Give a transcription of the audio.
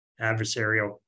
adversarial